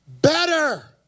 Better